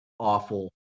awful